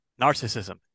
narcissism